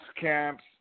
camps